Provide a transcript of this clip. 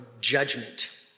judgment